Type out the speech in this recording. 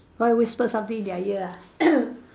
why whisper something in their ear ah